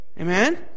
Amen